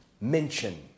mention